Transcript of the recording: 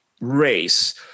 race